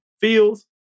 Fields